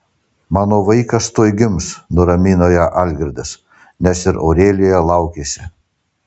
mano vaikas tuoj gims nuramino ją algirdas nes ir aurelija laukėsi